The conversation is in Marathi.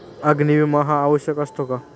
अग्नी विमा हा आवश्यक असतो का?